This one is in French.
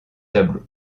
tableau